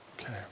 Okay